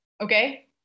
okay